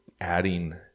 adding